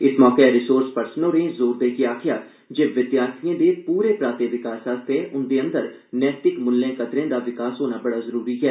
इस मौके resource person होरे जोर देड़यै आखेआ जे विद्यार्थिएं दे पूरे पराते विकास लेई उंदे अंदर नैतिक मूल्लें कदरें दा विकास होना बड़ा जरूरी ऐ